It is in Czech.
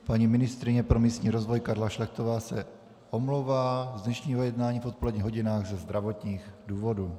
Paní ministryně pro místní rozvoj Karla Šlechtová se omlouvá z dnešního jednání v odpoledních hodinách ze zdravotních důvodů.